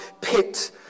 pit